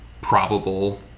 probable